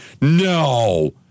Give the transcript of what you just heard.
No